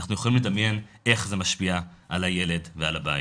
אנחנו יכולים לדמיין איך זה משפיע על הילד ועל הבית.